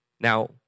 Now